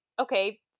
okay